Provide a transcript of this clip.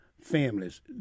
families